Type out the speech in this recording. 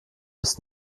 ist